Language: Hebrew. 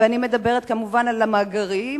ואני מדברת כמובן על המאגרים,